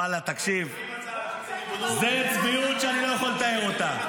ואללה, תקשיב, זאת צביעות שאני לא יכול לתאר אותה.